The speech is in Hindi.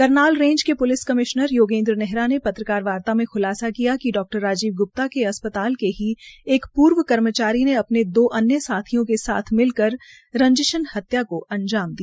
करनाल रेज़ के प्लिस कमीशनर योगेन्द्र नेहरा ने पत्रकार वार्ता में खुलासा किया कि डा राजीव ग्प्ता के अस्पताल के ही पूर्व कर्मचारी ने अपने दो अन्य साथियों के साथ मिलकर रंजिश हत्या को अंजाम दिया